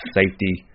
safety